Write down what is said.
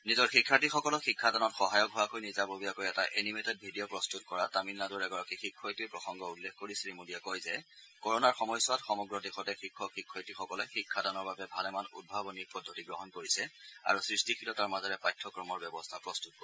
নিজৰ শিক্ষাৰ্থীসকলক শিক্ষাদানত সহায়ক হোৱাকৈ নিজাববীয়াকৈ এটা এনিমেটেড ভিডিঅ' প্ৰস্তত কৰা তামিলনাডুৰ এগৰাকী শিক্ষয়িত্ৰীৰ প্ৰসংগ উল্লেখ কৰি শ্ৰীমোদীয়ে কয় যে কৰনাৰ সময়ছোৱাত সমগ্ৰ দেশতে শিক্ষক শিক্ষয়িত্ৰীসকলে শিক্ষাদানৰ বাবে ভালেমান উদ্ভাৱনী পদ্ধতি গ্ৰহণ কৰিছে আৰু সৃষ্টিশীলতাৰ মাজেৰে পাঠ্যক্ৰমৰ ব্যৱস্থা প্ৰস্তুত কৰিছে